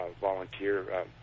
volunteer